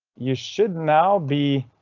you should now be.